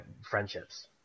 friendships